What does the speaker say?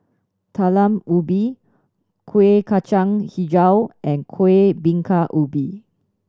Talam Ubi Kuih Kacang Hijau and Kuih Bingka Ubi